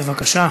בבקשה.